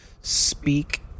speak